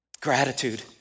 Gratitude